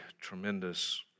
tremendous